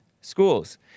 schools